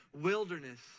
wilderness